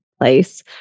place